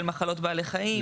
של מחלות בעלי חיים,